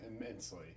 immensely